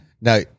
now